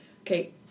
okay